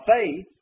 faith